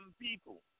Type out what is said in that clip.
people